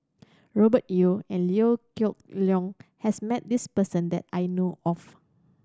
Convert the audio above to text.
Robert Yeo and Liew Geok Leong has met this person that I know of